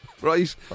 right